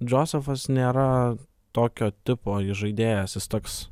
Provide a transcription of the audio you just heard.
džozefas nėra tokio tipo įžaidėjas jis toks